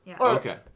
Okay